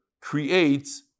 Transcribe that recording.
creates